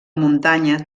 muntanya